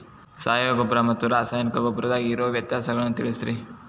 ಸಾವಯವ ಗೊಬ್ಬರ ಮತ್ತ ರಾಸಾಯನಿಕ ಗೊಬ್ಬರದಾಗ ಇರೋ ವ್ಯತ್ಯಾಸಗಳನ್ನ ತಿಳಸ್ರಿ